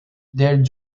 del